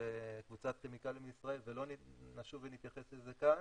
קבוצת כימיקלים לישראל ולא נשוב ונתייחס לזה כאן,